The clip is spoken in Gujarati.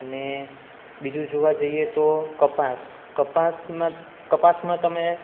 અને બીજું જોવા જઈએ તો કપાસ કપાસમાં કપાસમાં તમે